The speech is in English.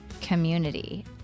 community